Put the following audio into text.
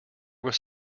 was